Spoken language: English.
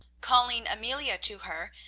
calling amelia to her,